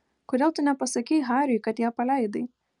kodėl tu nepasakei hariui kad ją paleidai